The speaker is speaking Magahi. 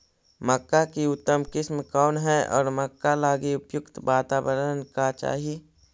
मक्का की उतम किस्म कौन है और मक्का लागि उपयुक्त बाताबरण का चाही?